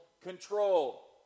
control